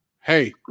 Hey